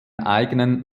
eigenen